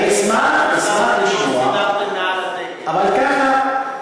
אני אשמח לשמוע, אבל ככה,